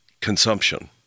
consumption